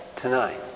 tonight